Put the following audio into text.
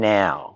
now